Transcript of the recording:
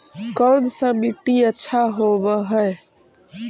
कोन सा मिट्टी अच्छा होबहय?